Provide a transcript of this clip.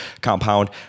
compound